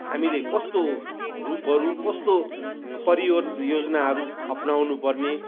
हामीले कस्तो रूपहरू कस्तो परियोजनाहरू अप्नाउनुपर्ने